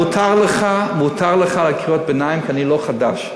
איזה, מותר לך קריאות ביניים, כי אני לא חדש.